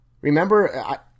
remember